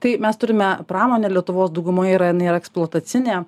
tai mes turime pramonę lietuvos daugumoje yra jinai yra eksploatacinė